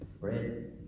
bread